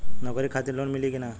नौकरी खातिर लोन मिली की ना?